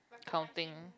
counting